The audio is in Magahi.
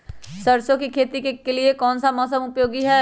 सरसो की खेती के लिए कौन सा मौसम उपयोगी है?